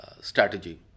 strategy